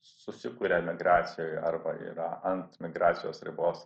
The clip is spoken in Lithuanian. susikuria emigracijoj arba yra ant migracijos ribos